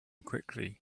quickly